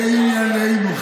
לענייננו,